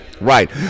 Right